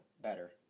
better